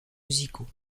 musicaux